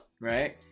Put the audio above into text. right